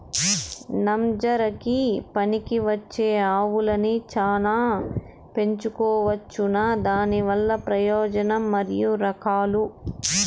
నంజరకి పనికివచ్చే ఆవులని చానా పెంచుకోవచ్చునా? దానివల్ల ప్రయోజనం మరియు రకాలు?